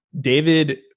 David